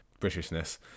Britishness